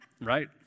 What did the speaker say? Right